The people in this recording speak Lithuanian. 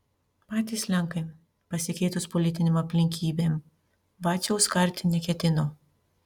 patys lenkai pasikeitus politinėm aplinkybėm vaciaus karti neketino